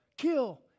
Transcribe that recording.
kill